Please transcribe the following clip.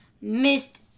missed